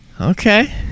Okay